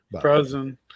Frozen